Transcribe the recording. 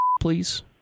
please